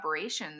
collaborations